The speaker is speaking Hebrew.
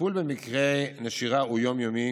הטיפול במקרי נשירה הוא יום-יומי